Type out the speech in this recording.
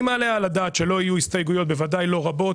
מעלה על הדעת שלא יהיו הסתייגויות בוודאי לא רבות,